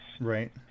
Right